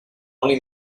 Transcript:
oli